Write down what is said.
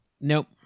Nope